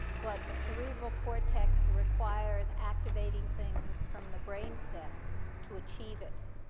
but the cerebral cortex requires activating things from the brainstem to achieve it.